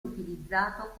utilizzato